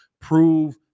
prove